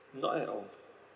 not at all